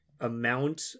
amount